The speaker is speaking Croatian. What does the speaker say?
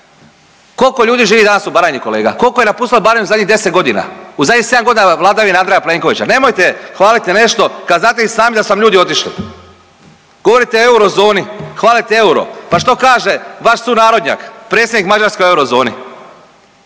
kolko ljudi živi danas u Baranji kolega, kolko je napustilo barem u zadnjih 10.g., u zadnjih 7.g. vladavine Andreja Plenkovića? Nemojte hvaliti nešto kad znate i sami da su vam ljudi otišli. Govorite o eurozoni, hvalite euro, pa što kaže vaš sunarodnjak, predsjednik Mađarske o eurozoni?